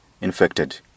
infected